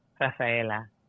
Rafaela